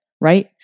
right